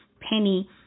penny